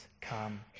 come